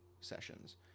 sessions